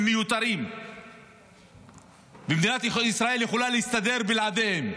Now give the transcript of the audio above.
הם מיותרים ומדינת ישראל יכולה להסתדר בלעדיהם,